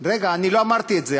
רגע, אני לא אמרתי את זה.